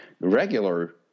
regular